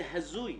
זה הזוי,